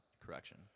Correction